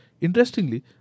Interestingly